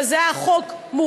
אבל זה היה חוק מורכב,